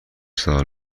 ساله